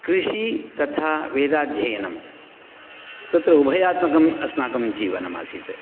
कृषि तथा वेदाध्ययनं तत्र उभयात्मकम् अस्माकं जीवनमासीत्